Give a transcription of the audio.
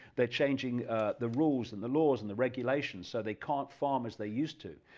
they're changing the rules and the laws and the regulations so they can't farm as they used to.